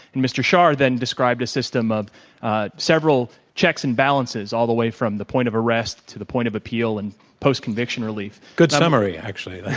and mr. schar then described a system of several checks and balances all the way from the point of arrest to the point of appeal and post-conviction release. good summary, actually. like